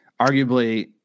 Arguably